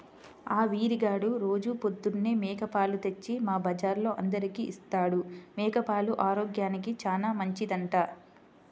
ఆ వీరిగాడు రోజూ పొద్దన్నే మేక పాలు తెచ్చి మా బజార్లో అందరికీ ఇత్తాడు, మేక పాలు ఆరోగ్యానికి చానా మంచిదంట